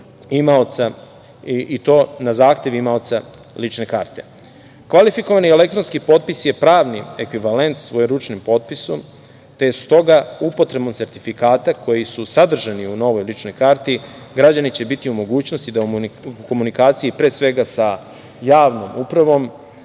čip i to na zahtev imaoca lične karte. Kvalifikovani elektronski potpis je pravni ekvivalent svojeručnim potpisom, te s toga upotrebom sertifikata koji su sadržani u novoj ličnoj karti građani će biti u mogućnosti da u komunikaciji, pre svega, sa javnom upravom